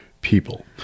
people